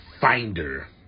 finder